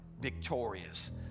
victorious